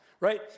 Right